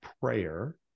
prayer